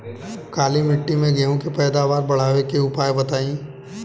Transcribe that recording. काली मिट्टी में गेहूँ के पैदावार बढ़ावे के उपाय बताई?